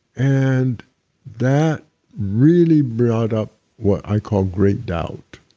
and that really brought up what i call great doubt.